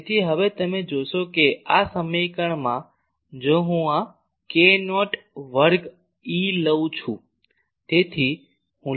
તેથી હવે તમે જોશો કે આ સમીકરણ માં જો હું આ k નોટ વર્ગ E લઉં છું